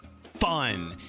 fun